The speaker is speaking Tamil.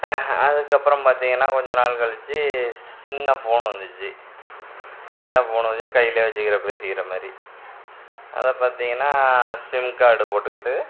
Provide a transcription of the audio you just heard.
அதுக்கப்புறம் பார்த்தீங்கன்னா கொஞ்சம் நாள் கழித்து சின்ன ஃபோன் வந்துச்சு சின்ன ஃபோன் கையிலே வச்சிக்கிற பேசிக்கிற மாதிரி அதை பார்த்தீங்கன்னா சிம் கார்டு போட்டுக்கிட்டு